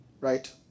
Right